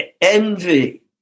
envy